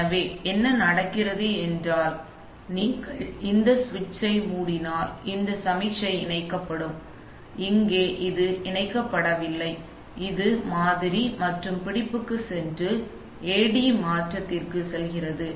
எனவே என்ன நடக்கிறது என்றால் நீங்கள் இந்த சுவிட்சை மூடினால் இந்த சமிக்ஞை இணைக்கப்படும் இது இங்கே இணைக்கப்படவில்லை இது மாதிரி மற்றும் பிடிப்புக்கு சென்று AD மாற்றத்திற்கு செல்கிறது